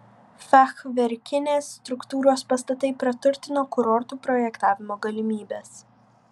fachverkinės struktūros pastatai praturtino kurortų projektavimo galimybes